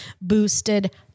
boosted